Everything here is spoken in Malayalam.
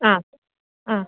ആ ആ